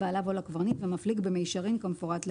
לקברניט ומפליג במישרין כמפורט להלן: